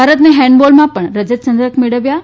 ભારતને હેન્ડબોલમાં પણ રજત ચંદ્રક મબ્યો છે